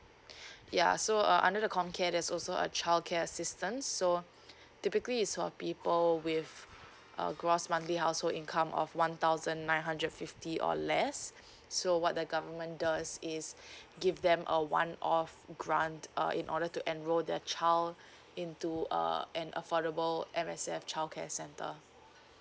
ya so uh under the comcare there's also a childcare assistance so typically is for people with a gross monthly household income of one thousand nine hundred fifty or less so what the government does is give them a one off grant uh in order to enroll their child into uh an affordable M_S_F childcare centre